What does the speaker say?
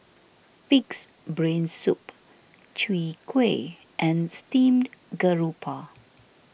Pig's Brain Soup Chwee Kueh and Steamed Garoupa